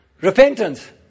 Repentance